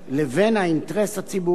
לבין האינטרס הציבורי,